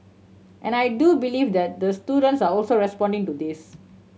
and I do believe the the students are also responding to this